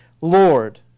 Lord